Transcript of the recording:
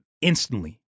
instantly